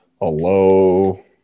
Hello